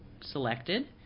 selected